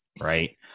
Right